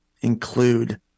include